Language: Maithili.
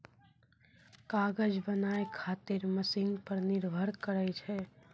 कागज बनाय खातीर मशिन पर निर्भर करै छै